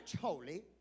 holy